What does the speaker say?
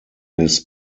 his